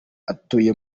atuye